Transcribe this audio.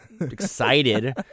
excited